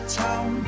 town